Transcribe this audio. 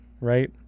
right